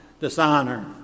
dishonor